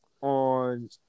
on